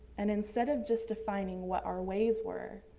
and instead of just defining what our ways were,